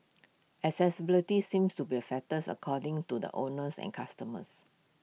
accessibility seems to be A factors according to the owners and customers